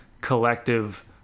collective